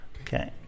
Okay